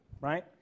right